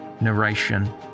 Narration